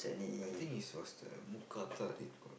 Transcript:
I think it's was the mookata it call